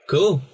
Cool